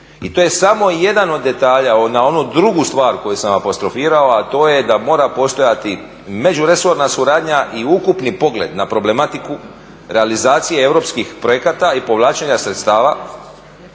i to je samo jedan od detalja. Na onu drugu stvar koju sam vam apostrofirao, a to je da mora postojati međuresorna suradnja i ukupni pogled na problematiku realizacije europskih projekata i povlačenja sredstava